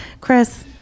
Chris